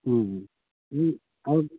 আৰু